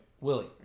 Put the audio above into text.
Willie